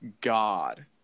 god